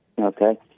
Okay